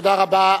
תודה רבה.